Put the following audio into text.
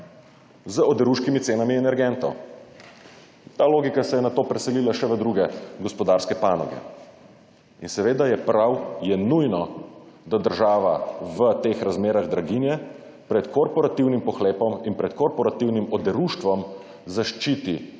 z oderuškimi cenami energentov. Ta logika se je nato preselila še v druge gospodarske panoge. In seveda je prav, je nujno, da država v teh razmerah draginje pred korporativnim pohlepom in pred korporativnim oderuštvom zaščiti